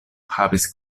havis